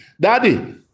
Daddy